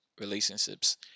relationships